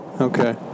Okay